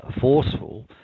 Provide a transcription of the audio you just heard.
forceful